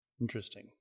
Interesting